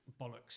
bollocks